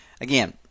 again